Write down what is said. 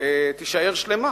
באמת תישאר שלמה.